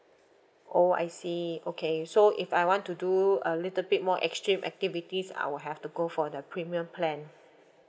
oh I see okay so if I want to do a little bit more extreme activities I will have to go for the premium plan